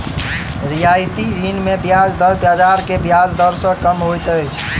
रियायती ऋण मे ब्याज दर बाजार के ब्याज दर सॅ कम होइत अछि